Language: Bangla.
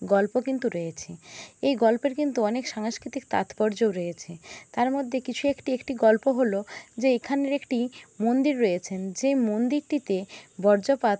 গল্প কিন্তু রয়েছে এই গল্পের কিন্তু অনেক সাংস্কৃতিক তাৎপর্যও রয়েছে তার মধ্যে কিছু একটি একটি গল্প হলো যে এখানে একটি মন্দির রয়েছেন যে মন্দিরটিতে বজ্রপাত